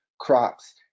crops